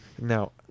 Now